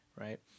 Right